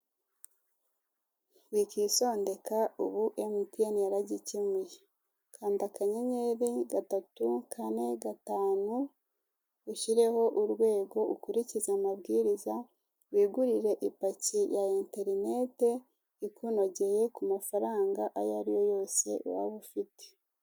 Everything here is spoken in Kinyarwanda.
Wikisondeka ubu emutiyene yaragikemuye kanda akanyenyeri gatatu kane gatanu ushyireho urwego ukurikize amabwiriza wigurire ipaki ya enterinete ikunogeye ku mafaranaga ayo ariyo yose waba ufite.